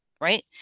right